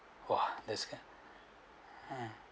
!wah! that's good mm